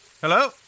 Hello